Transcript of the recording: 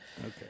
Okay